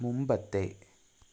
മുൻപത്തെ